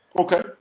Okay